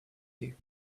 you